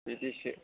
बिदिसो